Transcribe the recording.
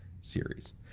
series